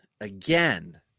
again